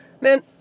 Man